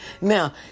Now